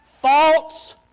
False